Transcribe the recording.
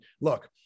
look